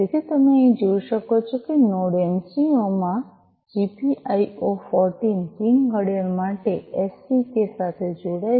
તેથી તમે અહીં જોઈ શકો છો કે નોડ એમસિયું માં જીપીઆઈઑ ૧૪ પિન ઘડિયાળ માટે એસસીકે સાથે જોડાય છે